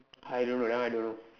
I don't know that one I don't know